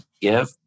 give